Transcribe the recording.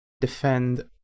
defend